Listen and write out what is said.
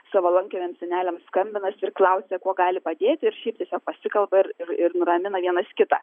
savo lankomiems seneliams skambinas ir klausia kuo gali padėti ir šiaip tiesiog pasikalba ir ir nuramina vienas kitą